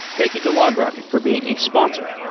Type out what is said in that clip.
thank you to logrocket for being a sponsor